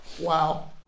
Wow